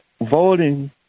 voting